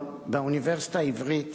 באוניברסיטה העברית,